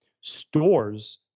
stores